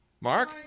Mark